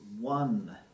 one